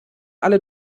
alle